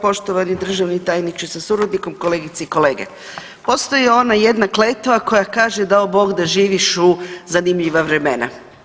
Poštovani državni tajniče sa suradnikom, kolegice i kolege, postoji ona jedna kletva koja kaže dao Bog da živiš u zanimljiva vremena.